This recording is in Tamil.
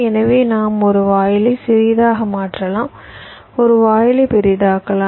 எனவே நாம் ஒரு வாயிலை சிறியதாக மாற்றலாம் ஒரு வாயிலை பெரிதாக்கலாம்